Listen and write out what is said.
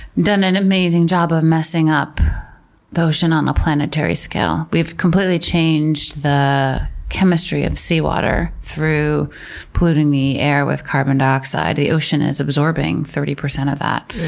done an amazing job of messing up the ocean on a planetary scale. we've completely changed the chemistry of seawater through polluting the air with carbon dioxide. the ocean is absorbing thirty percent of that,